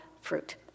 fruit